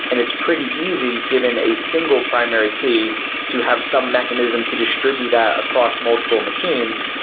and it's pretty easy given a single primary key to have some mechanism to distribute that across multiple machines.